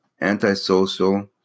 antisocial